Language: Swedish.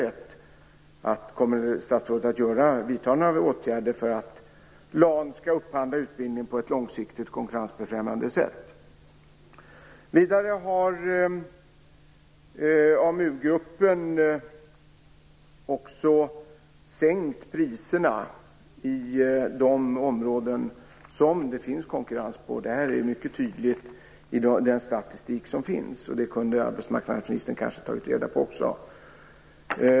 Kommer statsrådet att vidta några åtgärder för att länsarbetsnämnderna skall upphandla utbildning på ett långsiktigt konkurrensbefrämjande sätt, om det jag nu anför är riktigt? Vidare har AMU-gruppen sänkt priserna på de områden där det finns konkurrens. Det syns mycket tydligt i den statistik som finns. Arbetsmarknadsministern skulle kanske också ha kunnat tagit reda på detta.